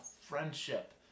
friendship